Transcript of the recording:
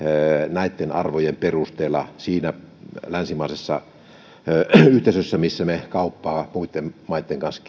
näitten arvojen perusteella siinä länsimaisessa yhteisössä missä me kauppaa muitten maitten kanssa